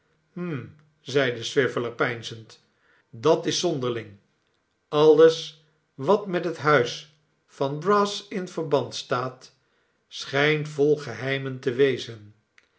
hm i zeide swiveller peinzend dat is zonderling alles wat met het huis van brass in verband staat schijnt vol geheimen te wezen